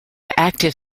active